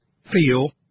feel